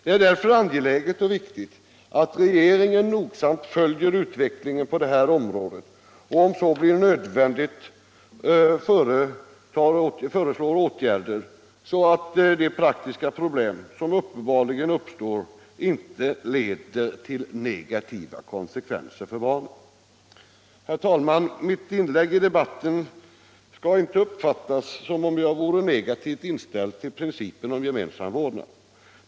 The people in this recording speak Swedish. Det är därför angeläget och viktigt att regeringen nogsamt följer utvecklingen på det här området och, om så blir nödvändigt, vidtar åtgärder så att de praktiska problem som uppenbarligen uppstår inte leder till negativa konsekvenser för barnen. Herr talman! Mitt inlägg i debatten skall inte uppfattas som om jag vore negativt inställd till principen om gemensam vårdnad.